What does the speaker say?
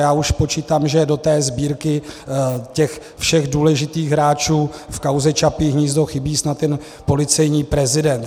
Já už počítám, že do sbírky těch všech důležitých hráčů v kauze Čapí hnízdo chybí snad jen policejní prezident.